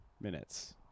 minutes